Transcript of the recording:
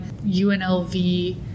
UNLV